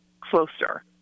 closer